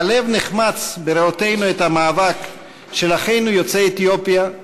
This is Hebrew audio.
הלב נחמץ בראותנו את המאבק של אחינו יוצאי אתיופיה,